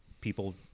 people